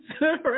right